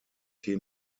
tee